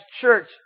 church